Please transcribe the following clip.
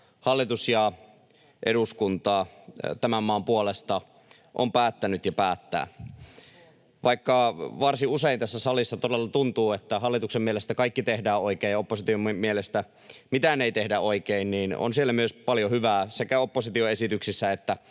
hallitus ja eduskunta tämän maan puolesta ovat päättäneet ja päättävät. Vaikka varsin usein tässä salissa todella tuntuu, että hallituksen mielestä kaikki tehdään oikein ja opposition mielestä mitään ei tehdä oikein, niin on siellä myös paljon hyvää sekä opposition esityksissä että